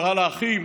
קרא לאחים,